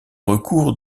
recours